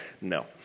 No